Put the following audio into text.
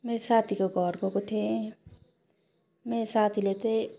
मेरो साथीको घर गएको थिएँ मेरो साथीले चाहिँ